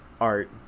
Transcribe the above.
art